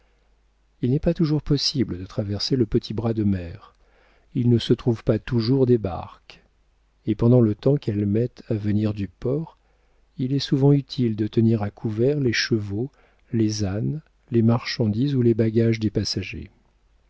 il n'est pas toujours possible de traverser le petit bras de mer il ne se trouve pas toujours des barques et pendant le temps qu'elles mettent à venir du port il est souvent utile de tenir à couvert les chevaux les ânes les marchandises ou les bagages des passagers